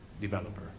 developer